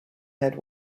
head